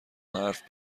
حرف